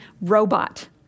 robot